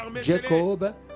jacob